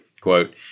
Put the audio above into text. Quote